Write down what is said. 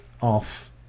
off